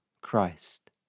Christ